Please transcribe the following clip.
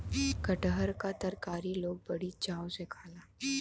कटहर क तरकारी लोग बड़ी चाव से खाला